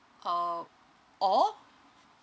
uh or